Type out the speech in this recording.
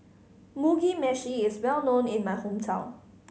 Mugi Meshi is well known in my hometown